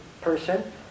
person